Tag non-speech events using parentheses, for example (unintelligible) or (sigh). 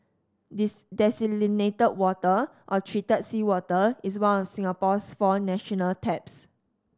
(unintelligible) desalinated water or treated seawater is one of Singapore's four national taps